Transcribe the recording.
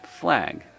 Flag